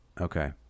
Okay